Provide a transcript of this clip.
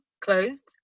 closed